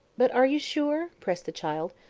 but are you sure? pressed the child.